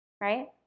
right